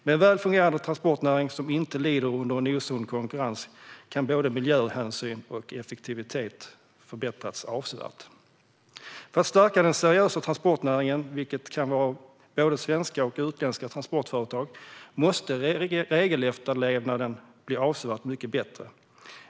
Med en väl fungerande transportnäring som inte lider under en osund konkurrens kan både miljöhänsyn och effektivitet förbättras avsevärt. För att stärka den seriösa transportnäringen, vilket kan vara både svenska och utländska transportföretag, måste regelefterlevnaden bli avsevärt bättre.